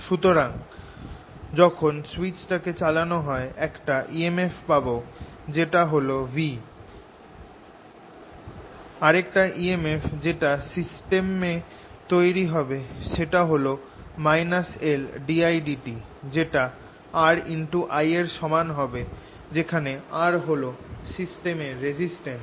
সুতরাং যখনি সুইচটাকে চালানো হয় একটা emf পাব যেঁটা v আরেকটা emf যেটা সিস্টেমে তৈরি হবে সেটা হল LddtI যেটা RI এর সমান হবে যেখানে R হল সিস্টেমের রেজিসস্টেন্স